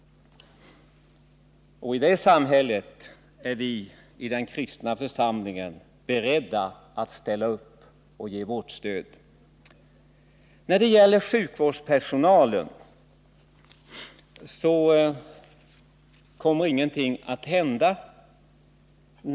I det samhället är vi i den kristna församlingen beredda att ställa upp och ge vårt stöd. När det gäller sjukvårdspersonalen kommer ingenting att hända.